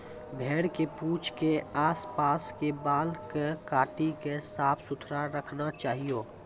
भेड़ के पूंछ के आस पास के बाल कॅ काटी क साफ सुथरा रखना चाहियो